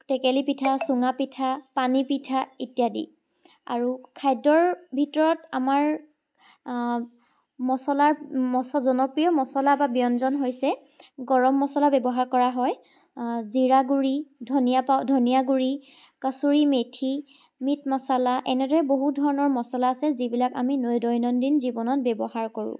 টেকেলি পিঠা চুঙা পিঠা পানী পিঠা ইত্যাদি আৰু খাদ্যৰ ভিতৰত আমাৰ মছলাৰ মছ জনপ্ৰিয় মছলা বা ব্যঞ্জন হৈছে গৰম মছলা ব্যৱহাৰ কৰা হয় জিৰা গুৰি ধনিয়া গুৰি কচুৰি মেথি মিট মছলা এনেদৰে বহুত ধৰণৰ মছলা আছে যিবিলাক আমি দ দৈনন্দিন জীৱনত ব্যৱহাৰ কৰোঁ